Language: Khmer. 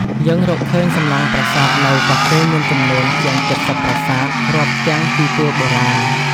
យើងរកឃើញសំណង់ប្រាសាទនៅកោះកេរមានចំនួនជាង ៧០ ប្រាសាទ រាប់ទាំងទីទួលបុរាណ។